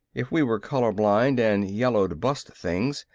if we were color-blind and yellow'd bust things,